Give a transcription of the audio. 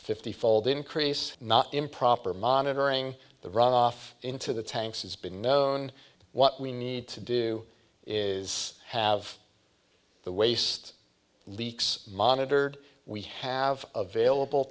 fifty fold increase not improper monitoring the runoff into the tanks has been known what we need to do is have the waste leaks monitored we have available